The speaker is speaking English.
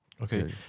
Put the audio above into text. Okay